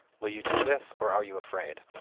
will you do this, or are you afraid?